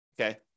Okay